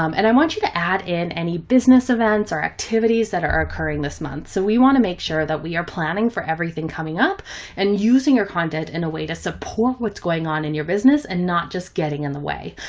um and i want you to add in any business events or activities that are occurring this month. so we want to make sure that we are planning for everything coming up and using your content in a way to support what's going on in your business and not just getting in the way.